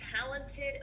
talented